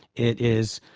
it is